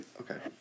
Okay